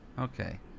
okay